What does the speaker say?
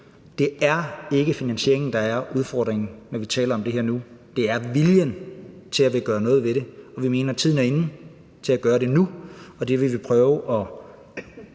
det ikke er finansieringen, der er udfordringen, når vi taler om det her – det er viljen til at gøre noget ved det. Vi mener, at tiden er inde til at gøre det nu, og det vil vi også prøve at